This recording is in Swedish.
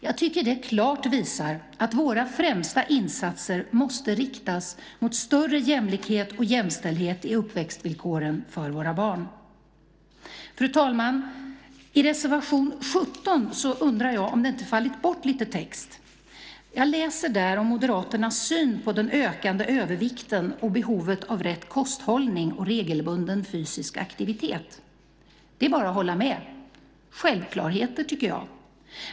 Jag tycker att detta klart visar att våra främsta insatser måste riktas mot större jämlikhet och jämställdhet i uppväxtvillkoren för våra barn. Fru talman! I reservation 17 undrar jag om det inte fallit bort lite text. Jag läser där om Moderaternas syn på den ökande övervikten och behovet av rätt kosthållning och regelbunden fysisk aktivitet. Det är bara att hålla med - självklarheter, tycker jag.